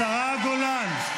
השרה גולן,